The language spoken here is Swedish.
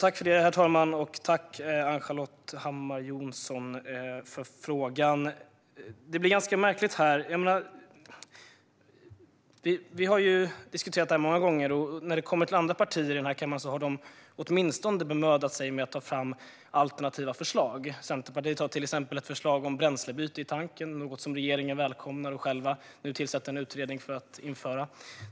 Herr talman! Tack, Ann-Charlotte Hammar Johnsson, för frågan! Det blir ganska märkligt. Vi har diskuterat detta många gånger. Andra partier i denna kammare har åtminstone bemödat sig att ta fram alternativa förslag. Centerpartiet har till exempel ett förslag om bränslebyte i tanken, vilket regeringen välkomnar och nu tillsätter en utredning för att införa.